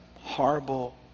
horrible